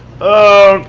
oh,